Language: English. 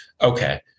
Okay